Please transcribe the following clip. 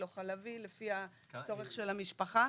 לא חלבי לפי הצורך של המשפחה.